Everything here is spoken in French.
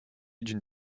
d’une